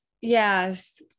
yes